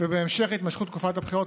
ובהמשך התמשכות תקופת הבחירות,